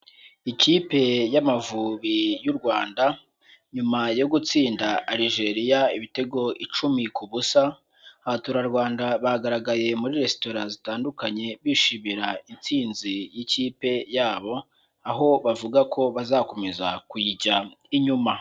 Ikipe y'amavubi y'u Rwanda, nyuma yo gutsinda Algeria ibitego icumi ku busa, abaturarwanda bagaragaye muri resitora zitandukanye bishimira intsinzi y'ikipe yabo, aho bavuga ko bazakomeza kuyijya inyuma.